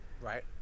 Right